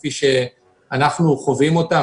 כפי שאנחנו חווים אותן,